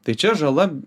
tai čia žala